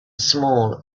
small